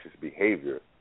behavior